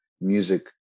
music